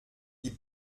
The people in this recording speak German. die